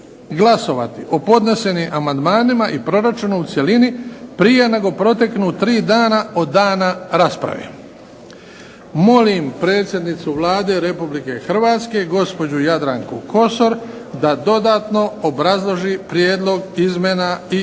glasovati o podnesenim amandmanima i proračunu u cjelini prije nego proteknu tri dana od dana rasprave. Molim predsjednicu Vlade Republike Hrvatske gospođu Jadranku Kosor, da dodatno obrazloži prijedlog izmjena i dopuna